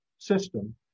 system